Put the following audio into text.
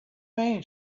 mean